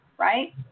right